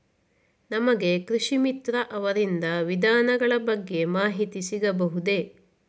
ನಮಗೆ ಕೃಷಿ ಮಿತ್ರ ಅವರಿಂದ ವಿಧಾನಗಳ ಬಗ್ಗೆ ಮಾಹಿತಿ ಸಿಗಬಹುದೇ?